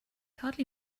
hardly